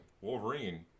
wolverine